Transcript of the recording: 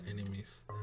enemies